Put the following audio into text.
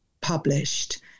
published